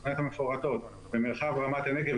התוכניות המפורטות במרחב רמת הנגב,